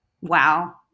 Wow